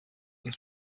und